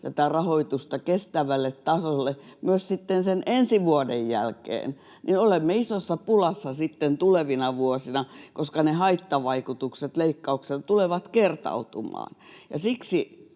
tätä rahoitusta kestävälle tasolle myös ensi vuoden jälkeen, niin olemme isossa pulassa sitten tulevina vuosina, koska ne haittavaikutukset ja leikkaukset tulevat kertautumaan.